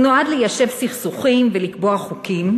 הוא נועד ליישב סכסוכים ולקבוע חוקים.